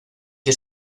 que